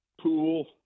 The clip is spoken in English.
pool